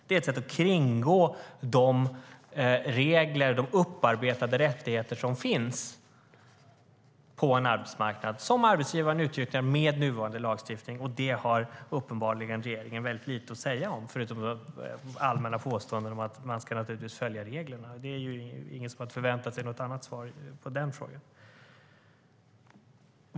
Det är ett sätt att kringgå de regler och upparbetade rättigheter som finns på arbetsmarknaden med nuvarande lagstiftning. Detta har uppenbarligen regeringen väldigt lite att säga om, förutom allmänna påståenden om att man naturligtvis ska följa reglerna. På den punkten hade ingen förväntat sig någon annan åsikt.